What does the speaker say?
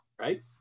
Right